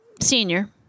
Senior